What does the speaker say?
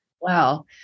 wow